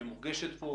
שמורגשת פה.